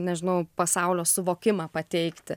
nežinau pasaulio suvokimą pateikti